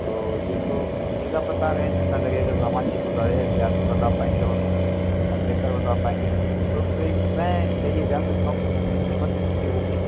تو یہ تو ٹھیک آپ بتا رہے ہیں جتنا لگے گا سامان یہ تو ظاہر ہے کہ آپ ہی بتا پائیں گے اور آپ بہتر بتا پائیں گے تو بھئی میں کیا یہ جان سکتا ہوں کتنی قیمت اس کی ہوگی